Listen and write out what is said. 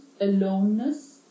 aloneness